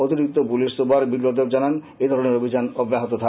অতিরিক্ত police super Biplab Deb জানান এ ধরনের অভিযান অব্যাহত থাকবে